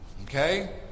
Okay